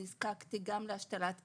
נזקקתי גם להשתלת כליה,